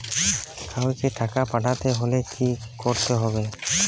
কাওকে টাকা পাঠাতে হলে কি করতে হবে?